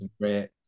great